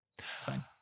fine